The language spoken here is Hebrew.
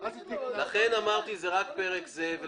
לכן אמרתי שזה רק פרק זה.